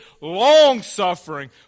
long-suffering